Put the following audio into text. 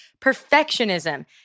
perfectionism